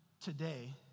today